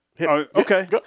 Okay